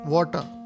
Water